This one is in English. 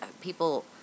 people